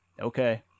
Okay